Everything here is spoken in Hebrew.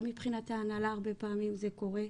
גם מבחינת ההנהלה, הרבה פעמים זה קורה.